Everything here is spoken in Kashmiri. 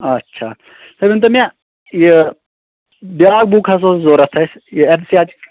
آچھا تُہۍ ؤنۍ تو مےٚ یہِ بیاکھ بُک حظ ٲس ضروٗرت اَسہِ یہِ ایٚن سی آر ٹی